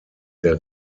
der